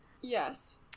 Yes